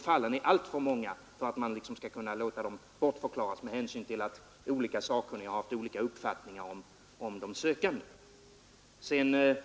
Fallen är alltför många för att man skall kunna låta dem bortförklaras med hänsyn till att olika sakkunniga har haft olika uppfattningar om de sökande.